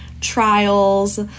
trials